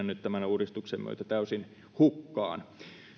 nyt mennä tämän uudistuksen myötä täysin hukkaan